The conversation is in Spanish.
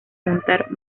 montar